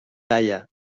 talla